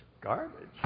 garbage